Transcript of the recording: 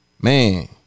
man